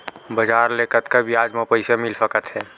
बजार ले कतका ब्याज म पईसा मिल सकत हे?